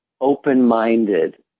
open-minded